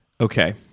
Okay